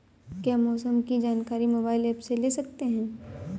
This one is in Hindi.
क्या मौसम की जानकारी मोबाइल ऐप से ले सकते हैं?